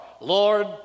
Lord